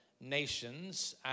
nations